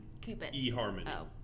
eHarmony